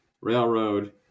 railroad